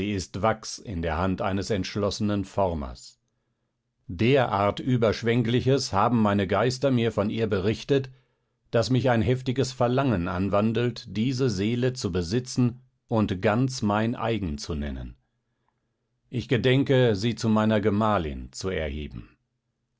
ist wachs in der hand eines entschlossenen formers derart überschwengliches haben meine geister mir von ihr berichtet daß mich ein heftiges verlangen anwandelt diese seele zu besitzen und ganz mein eigen zu nennen ich gedenke sie zu meiner gemahlin zu erheben